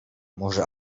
może